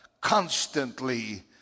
constantly